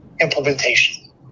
implementation